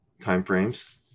timeframes